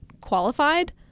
qualified